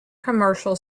commercial